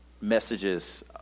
messages